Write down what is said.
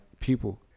people